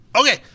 Okay